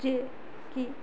ଯିଏ କି